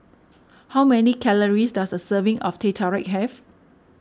how many calories does a serving of Teh Tarik have